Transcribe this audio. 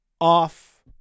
off